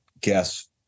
guess